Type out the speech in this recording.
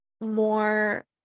more